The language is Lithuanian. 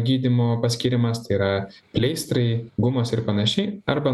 gydymo paskyrimas tai yra pleistrai gumos ir panašiai arba